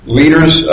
leaders